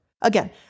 Again